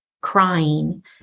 crying